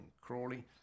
Crawley